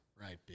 Right